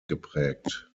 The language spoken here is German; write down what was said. geprägt